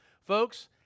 Folks